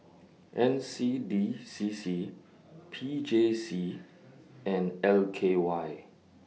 N C D C C P J C and L K Y